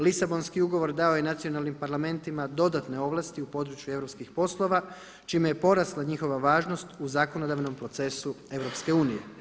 Lisabonski ugovor dao je nacionalnim parlamentima dodatne ovlasti u području europskih poslova čime je porasla njihova važnost u zakonodavnom procesu EU.